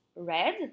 Red